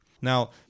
Now